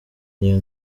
niyo